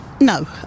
No